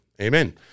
amen